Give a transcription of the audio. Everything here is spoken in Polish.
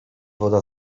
woda